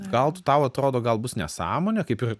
gal tu tau atrodo gal bus nesąmonė kaip ir